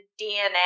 DNA